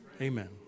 Amen